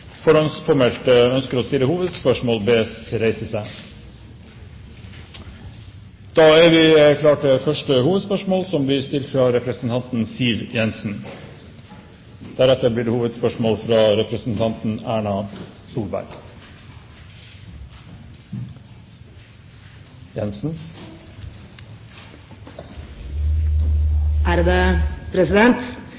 ønsker å stille hovedspørsmål, bes om å reise seg. – Ingen har reist seg. Vi starter da med første hovedspørsmål, fra representanten Siv Jensen.